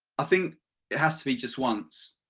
i think it has to be just once.